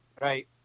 Right